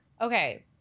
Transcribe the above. Okay